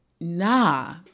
Nah